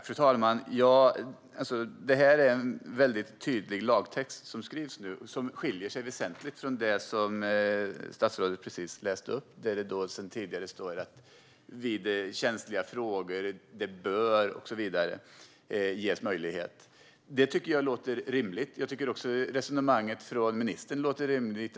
Fru talman! Den lagtext som skrivs nu är väldigt tydlig och skiljer sig väsentligt från det som statsrådet precis läste upp. Det finns sedan tidigare formuleringar om vad som gäller vid känsliga frågor och om att det bör ges möjlighet. Det tycker jag låter rimligt. Jag tycker också att ministerns resonemang låter rimligt.